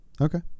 Okay